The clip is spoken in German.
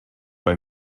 bei